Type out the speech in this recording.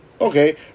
Okay